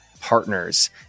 partners